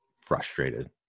frustrated